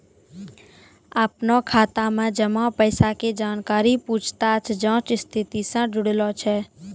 अपनो खाता मे जमा पैसा के जानकारी पूछताछ जांच स्थिति से जुड़लो छै